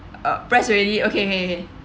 uh press already okay okay